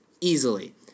easily